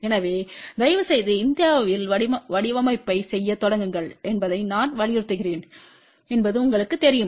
எனவே தயவுசெய்து இந்தியாவில் வடிவமைப்பைச் செய்யத் தொடங்குங்கள் என்பதை நான் வலியுறுத்துகிறேன் என்பது உங்களுக்குத் தெரியும்